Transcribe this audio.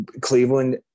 Cleveland